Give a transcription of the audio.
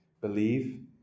Believe